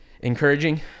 encouraging